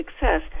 success